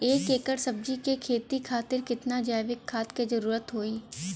एक एकड़ सब्जी के खेती खातिर कितना जैविक खाद के जरूरत होई?